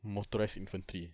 motorised infantry